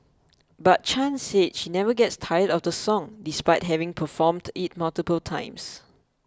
but Chan said she never gets tired of the song despite having performed it multiple times